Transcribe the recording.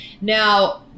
Now